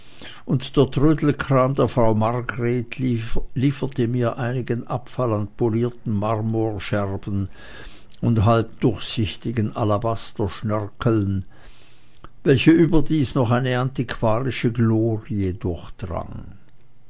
und der trödelkram der frau margret lieferte mir einigen abfall an polierten marmorscherben und halb durchsichtigen alabasterschnörkeln welche überdies noch eine antiquarische glorie